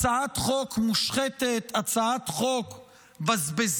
הצעת חוק מושחתת, הצעת חוק בזבזנית,